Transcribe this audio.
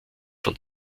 von